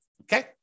Okay